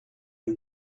you